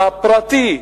הפרטי,